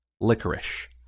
Licorice